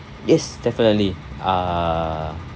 yes definitely uh